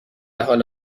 حال